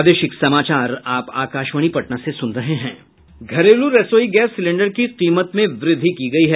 घरेलू रसोई gas cylinder की कीमत में वृद्धि की गयी है